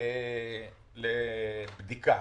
לבדיקה?